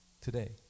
today